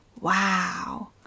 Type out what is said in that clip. Wow